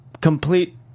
complete